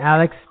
Alex